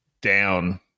down